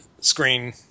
screen